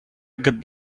good